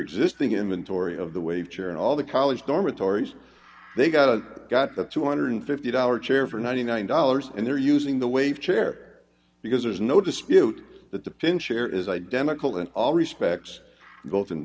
existing inventory of the wave chair and all the college dormitories they got a got that two one hundred and fifty dollars chair for ninety nine dollars and they're using the wave chair because there's no dispute that the pin chair is identical in all respects both in